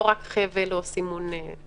לא רק חבל או סימון כמו בחוץ.